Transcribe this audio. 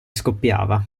scoppiava